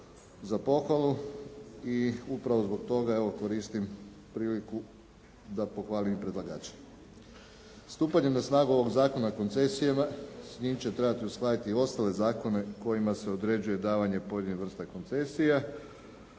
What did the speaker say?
za pohvalu i upravo zbog toga evo koristim priliku da pohvalim i predlagača. Stupanjem na snagu ovog Zakona o koncesijama s njim će trebati uskladiti i ostale zakone kojima se određuje davanje pojedinih vrsta koncesija